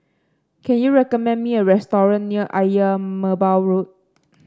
can you recommend me a restaurant near Ayer Merbau Road